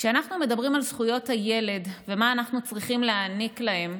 כשאנחנו מדברים על זכויות הילד ומה אנחנו צריכים להעניק להם,